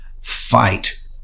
fight